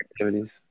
activities